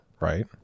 right